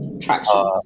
traction